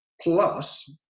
Plus